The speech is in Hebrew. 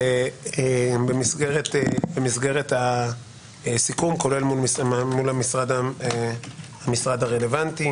שבמסגרת הסיכום כולל מול המשרד הרלוונטי,